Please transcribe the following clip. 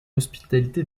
hospitalité